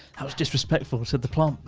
that was disrespectful to the plant,